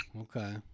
Okay